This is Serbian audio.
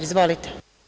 Izvolite.